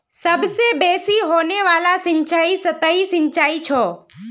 सबसे बेसि होने वाला सिंचाई सतही सिंचाई छ